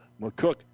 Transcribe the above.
McCook